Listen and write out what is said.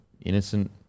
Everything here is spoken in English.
innocent